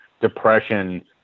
depression